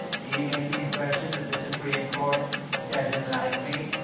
do you get the impression that the supreme court doesn't like me?